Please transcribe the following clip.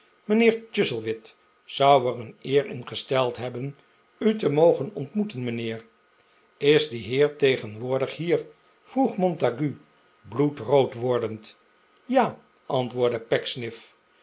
mijnheer chuzzlewit zou er een eer in gesteld hebben u te mogen ontmoeten mijnheer isdie heer tegenwoordig hier vroeg montague bloedrood wordend ja antwoordde